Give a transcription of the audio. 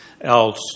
else